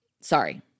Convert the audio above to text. Sorry